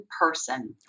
person